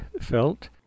Felt